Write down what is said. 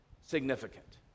significant